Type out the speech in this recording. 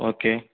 okay